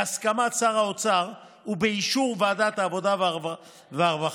בהסכמת שר האוצר ובאישור ועדת העבודה והרווחה,